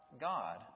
God